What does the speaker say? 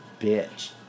bitch